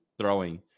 throwing